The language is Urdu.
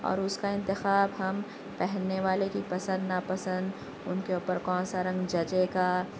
اور اس کا انتخاب ہم پہننے والے کی پسند ناپسند ان کے اوپر کون سا رنگ جچے گا